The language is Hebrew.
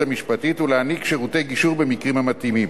המשפטית ולהעניק שירותי גישור במקרים המתאימים,